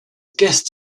guest